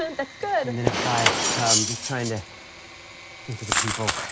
and that's good. and minute five, i'm just trying to think of the people